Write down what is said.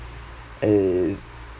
err